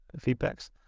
feedbacks